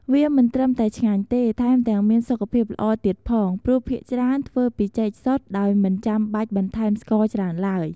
វាមិនត្រឹមតែឆ្ងាញ់ទេ ថែមទាំងមានសុខភាពល្អទៀតផង ព្រោះភាគច្រើនធ្វើពីចេកសុទ្ធដោយមិនចាំបាច់បន្ថែមស្ករច្រើនឡើយ។